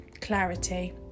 clarity